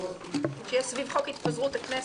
התפזרות הכנסת.